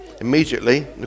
immediately